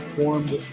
formed